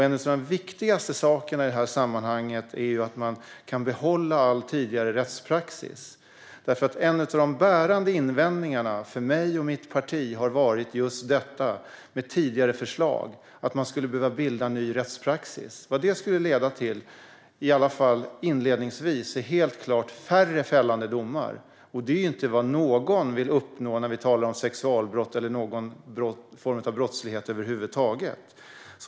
En av de viktigaste sakerna i det här sammanhanget är att man kan behålla all tidigare rättspraxis. En av de bärande invändningar som jag och mitt parti har haft mot tidigare förslag har nämligen varit just att man skulle behöva bilda en ny rättspraxis. Det skulle helt klart leda till färre fällande domar, i alla fall inledningsvis. Och det är inte vad någon vill uppnå när vi talar om sexualbrott eller någon brottslighet över huvud taget.